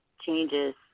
changes